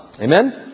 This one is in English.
Amen